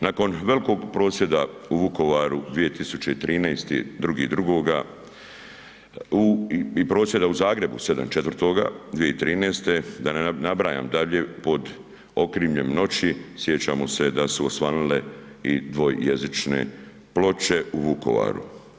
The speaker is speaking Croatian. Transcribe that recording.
Nakon velikog prosvjeda u Vukovaru 2013. 2.2., i prosvjeda u Zagrebu 7.4.2013. da ne nabrajam dalje pod okriljem noći sjećamo se da su osvanule i dvojezične ploče u Vukovaru.